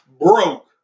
broke